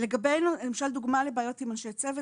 למשל דוגמה לבעיות עם אנשי צוות.